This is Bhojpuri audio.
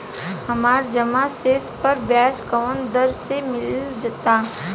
हमार जमा शेष पर ब्याज कवना दर से मिल ता?